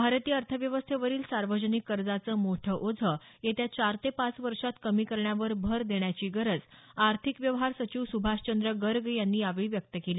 भारतीय अर्थव्यवस्थेवरील सार्वजनिक कर्जाचं मोठं ओझं येत्या चार ते पाच वर्षात कमी करण्यावर भर देण्याची गरज आर्थिक व्यवहार सचिव सुभाषचंद्र गर्ग यांनी यावेळी व्यक्त केली